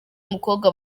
umukobwa